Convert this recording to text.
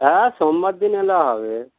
হ্যাঁ সোমবার দিন এলে হবে